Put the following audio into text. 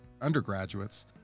undergraduates